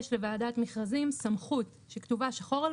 יש לוועדת מכרזים סמכות שכתובה שחור על